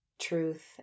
truth